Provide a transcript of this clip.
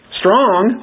strong